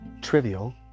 trivial